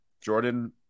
Jordan